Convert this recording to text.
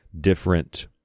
different